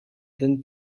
dan